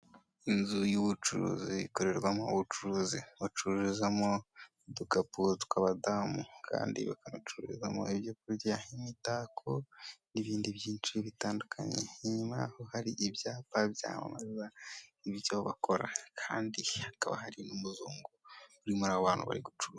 Inzu y'ubucuruzi ikorerwamo ubucuruzi bacururizamo udukapu tw'abadamu kandi bakanacururizamo ibyo kurya, imitako n'ibindi byinshi bitandukanye, inyuma y'aho hari ibyapa byamamaza ibyo bakora kandi hakaba hari n'umuzungu uri muri abo bantu bari gucuruza.